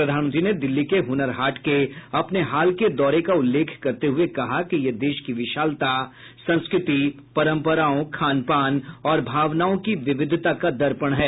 प्रधानमंत्री ने दिल्ली के हुनर हाट के अपने हाल के दौरे का उल्लेख करते हुए कहा कि यह देश की विशालता संस्कृति परम्पराओं खान पान और भावनाओं की विविधता का दर्पण है